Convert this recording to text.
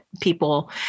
people